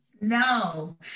no